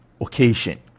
occasion